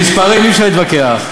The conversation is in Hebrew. ועם מספרים אי-אפשר להתווכח.